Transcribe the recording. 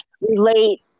relate